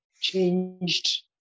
changed